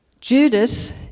Judas